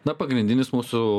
na pagrindinis mūsų